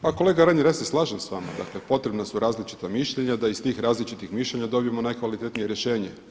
Pa kolega Reiner ja se slažem s vama, dakle potrebna su različita mišljenja da iz tih različitih mišljenja dobijemo najkvalitetnije rješenje.